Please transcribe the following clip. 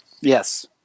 Yes